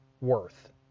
worth